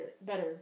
Better